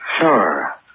Sure